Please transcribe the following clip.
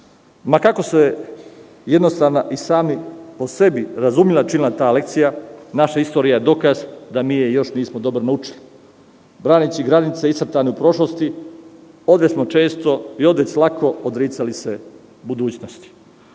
Ma kako se jednostavno i sama po sebi razumela ta lekcija, naša istorija je dokaz da je mi još uvek nismo dobro naučili. Branici granica nacrtani u prošlosti, odveć smo često i odveć lako odricali se budućnosti. Saradnja